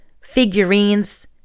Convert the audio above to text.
figurines